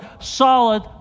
solid